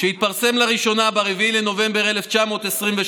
שהתפרסם לראשונה ב-4 בנובמבר 1923,